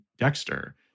Dexter